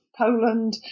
Poland